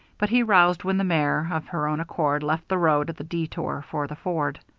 but he roused when the mare, of her own accord, left the road at the detour for the ford.